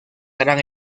gran